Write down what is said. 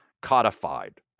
codified